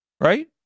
right